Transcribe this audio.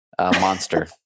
Monster